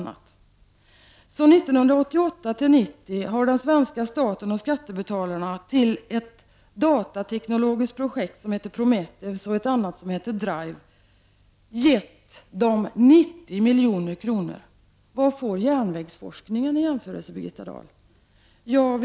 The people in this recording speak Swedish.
Från år 1988 till år 1990 har den svenska staten och skattebetalarna till de datateknologiska projekten Prometeus och Drive gett 90 milj.kr. Vad får svensk järnvägsforskning i jämförelse med detta, Birgitta Dahl?